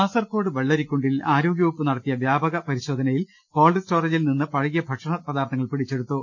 കാസർകോഡ് വെള്ളരിക്കുണ്ടിൽ ആരോഗ്യവികുപ്പ് നടത്തിയ വ്യാപക പരിശോധനയിൽ കോൾഡ് സ്റ്റോറേജിൽ നിന്ന് പഴകിയ ഭക്ഷണ പദാർത്ഥങ്ങൾ പിടിച്ചെടുത്തു